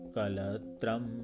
Kalatram